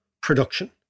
production